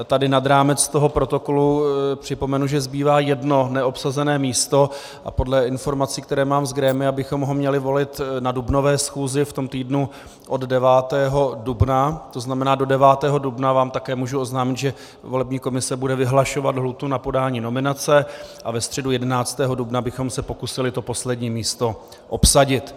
Tady nad rámec toho protokolu připomenu, že zbývá jedno neobsazené místo, a podle informací, které mám z grémia, bychom ho měli volit na dubnové schůzi v týdnu od 9. dubna, to znamená do 9. dubna vám také můžu oznámit, že volební komise bude vyhlašovat lhůtu na podání nominace, a ve středu 11. dubna bychom se pokusili to poslední místo obsadit.